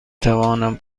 توانم